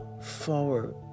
forward